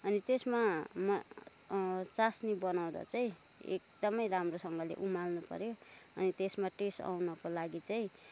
अनि त्यसमा चास्नी बनाउँदा चाहिँ एकदमै राम्रोसँगले उमाल्नु पऱ्यो अनि त्यसमा टेस्ट आउनको लागि चाहिँ